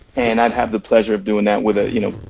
and i'd have the pleasure of doing that with, ah you know,